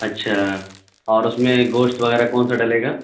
اچھا اور اس میں گوشت وغیرہ کون سا ڈلے گا